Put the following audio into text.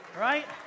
Right